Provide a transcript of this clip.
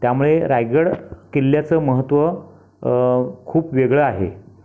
त्यामुळे रायगड किल्ल्याचं महत्त्व खूप वेगळं आहे